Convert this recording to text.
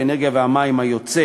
האנרגיה והמים היוצא